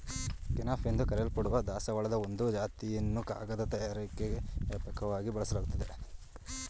kenaf ಎಂದು ಕರೆಯಲ್ಪಡುವ ದಾಸವಾಳದ ಒಂದು ಜಾತಿಯನ್ನು ಕಾಗದ ತಯಾರಿಕೆಲಿ ವ್ಯಾಪಕವಾಗಿ ಬಳಸಲಾಗ್ತದೆ